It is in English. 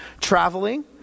Traveling